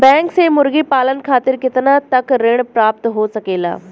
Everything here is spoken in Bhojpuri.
बैंक से मुर्गी पालन खातिर कितना तक ऋण प्राप्त हो सकेला?